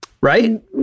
right